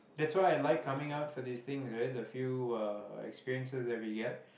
that's why I like coming out for these things right the few experiences that we get